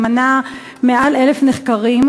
שמנה מעל 1,000 נחקרים,